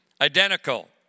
Identical